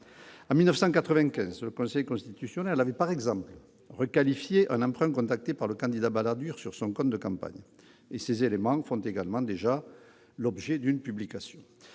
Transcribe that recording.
En 1995, le Conseil constitutionnel avait par exemple requalifié un emprunt contracté par le candidat Balladur dans son compte de campagne. Ces éléments font également déjà l'objet d'une publication.